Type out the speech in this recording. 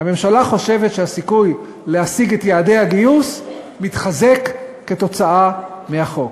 הממשלה חושבת שהסיכוי להשיג את יעדי הגיוס יתחזק כתוצאה מהחוק.